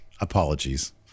Apologies